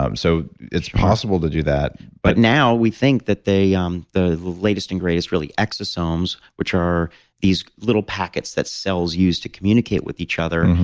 um so, it's possible to do that? but now, we think that um the latest and greatest really exosomes, which are these little packets that cells use to communicate with each other,